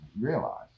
realize